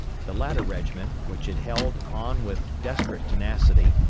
the latter regiment, which had held on with desperate tenacity,